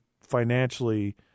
financially